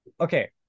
Okay